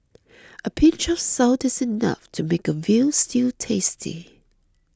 a pinch of salt is enough to make a Veal Stew tasty